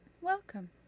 Welcome